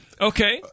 Okay